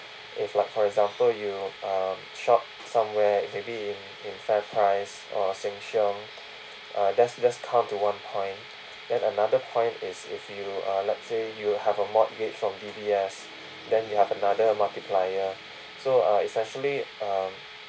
if like for example you um shop somewhere maybe in in fairprice or sheng shiong uh that's just count to one point then another point is if you uh let's say you have a mortgage from D_B_S then you have another multiplier so uh essentially uh